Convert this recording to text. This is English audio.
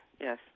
yes